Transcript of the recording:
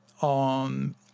on